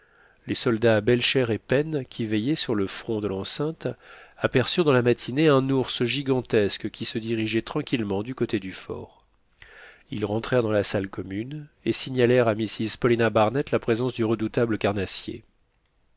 les soldats belcher et pen qui veillaient sur le front de l'enceinte aperçurent dans la matinée un ours gigantesque qui se dirigeait tranquillement du côté du fort ils rentrèrent dans la salle commune et signalèrent à mrs paulina barnett la présence du redoutable carnassier